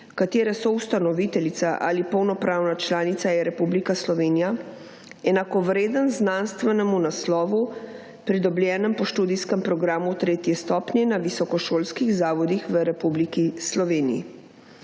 katere soustanoviteljica ali polnopravna članica je Republika Slovenija, enakovreden znanstvenemu naslovu, pridobljenem po študijskem programu tretje stopnji na visokošolskih zavodih v Republiki Sloveniji.